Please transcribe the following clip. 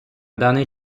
даний